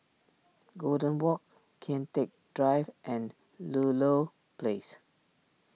Golden Walk Kian Teck Drive and Ludlow Place